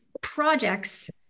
projects